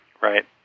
right